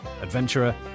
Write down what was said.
adventurer